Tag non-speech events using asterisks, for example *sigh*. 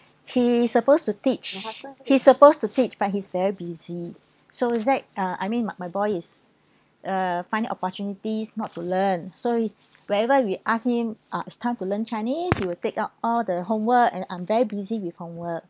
he supposed to teach he supposed to teach but he is very busy so zack uh I mean my my boy is *breath* uh finding opportunities not to learn so whenever we ask him ah is time to learn chinese he will take out all the homework and I'm very busy with homework